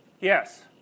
Yes